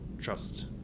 trust